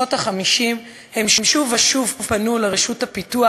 בשנות ה-50 הם שוב ושוב פנו לרשות הפיתוח,